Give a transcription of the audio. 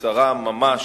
בקצרה ממש,